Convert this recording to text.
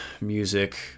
music